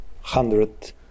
hundred